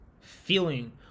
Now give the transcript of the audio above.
feeling